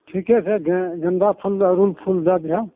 ठिके छै गे गेन्दा फूल अड़हुल फूल दै दिहऽ